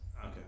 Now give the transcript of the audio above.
Okay